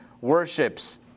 worships